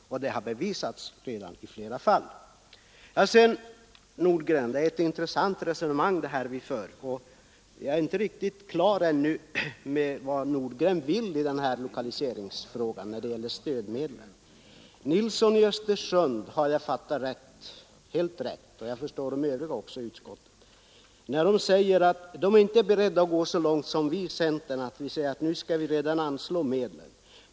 Det har redan bevisats i flera fall. Sedan till herr Nordgren! Det är ett intressant resonemang vi för. Jag är ännu inte riktigt på det klara med vad herr Nordgren vill i lokaliseringsfrågan när det gäller stödmedlen. Herr Nilsson i Östersund har jag fattat helt riktigt, och jag förstår också de övriga ledamöterna i utskottet. De är inte beredda att gå så långt som centern, som föreslår att vi redan nu skall anslå medel.